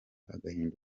agahinda